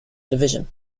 division